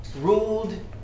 ruled